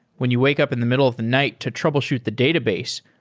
when you wake up in the middle of the night to troubleshoot the database,